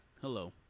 Hello